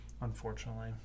unfortunately